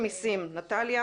מרשות המסים, נטליה